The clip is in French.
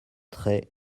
très